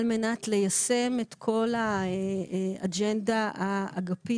על מנת ליישם את כל האג׳נדה האגפית,